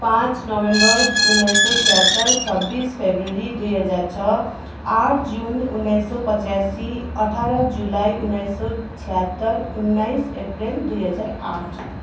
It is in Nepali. पाँच नोभेम्बर उन्नाइस सय छयहत्तर छब्बिस फेब्रुअरी दुई हजार छ आठ जुन उन्नाइस सय पचासी अठार जुलाई उन्नाइस सय छयहत्तर उन्नाइस अप्रिल दुई हजार आठ